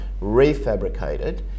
refabricated